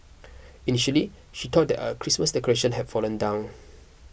initially she thought that a Christmas decoration have fallen down